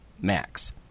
Max